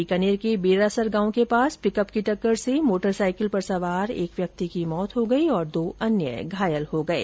बीकानेर के बेरासर गांव के पास पिकअप की टक्कर से मोटरसाईकिल पर सवार एक व्यक्ति की मौत हो गई और दो अन्य घायल हो गये